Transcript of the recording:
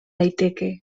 daiteke